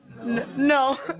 No